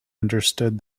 understood